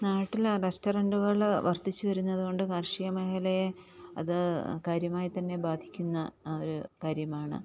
നാട്ടില് റസ്റ്റോറൻറ്റുകള് വർധിച്ചുവരുന്നതുകൊണ്ട് കാർഷിക മേഖലയെ അത് കാര്യമായിത്തന്നെ ബാധിക്കുന്ന ഒരു കാര്യമാണ്